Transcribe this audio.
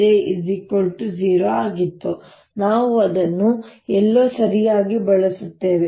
J 0 ಆಗಿತ್ತು ನಾವು ಅದನ್ನು ಎಲ್ಲೋ ಸರಿಯಾಗಿ ಬಳಸುತ್ತೇವೆ